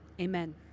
Amen